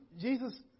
Jesus